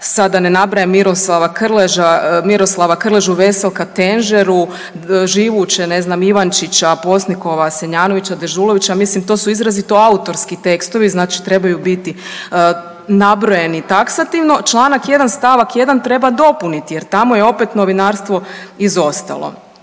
da ne nabrajam Miroslava Krležu, Veselka Tenžeru, živuće ne znam Ivančića, Posnikova, Senjanovića, Dežulovića mislim to su izrazito autorski tekstovi. Znači trebaju biti nabrojeni taksativno. Članak 1. stavak 1. treba dopuniti jer tamo je opet novinarstvo izostalo.